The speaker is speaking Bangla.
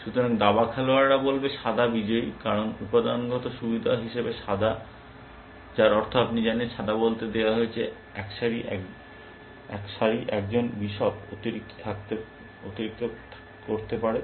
সুতরাং দাবা খেলোয়াড়রা বলবে সাদা বিজয়ী কারণ উপাদানগত সুবিধা হিসাবে সাদা যার অর্থ আপনি জানেন সাদা বলতে দেওয়া হয়েছে এক সারি একজন বিশপ অতিরিক্ত করতে পারে